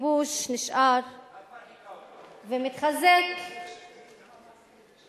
הכיבוש נשאר ומתחזק, את מרחיקה אותו.